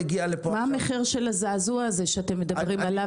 מה מחיר הזעזוע הזה שאתם מדברים עליו